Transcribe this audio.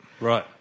Right